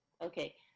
Okay